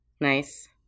Nice